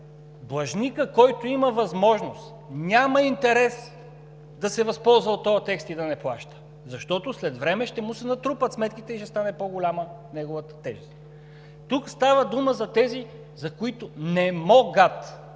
Длъжникът, който има възможност, няма интерес да се възползва от този текст и да не плаща, защото след време ще му се натрупат сметките и неговата тежест ще стане по-голяма. Тук става дума за тези, които не могат